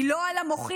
היא לא על המוחים,